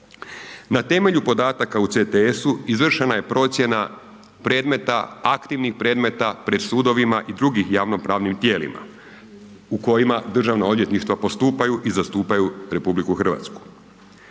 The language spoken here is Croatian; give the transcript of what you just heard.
Na temelju podataka u CTS-u izvršena je procjena predmeta, aktivnih predmeta pred sudovima i drugim javno-pravnim tijelima u kojima državna odvjetništva postupaju i zastupaju RH.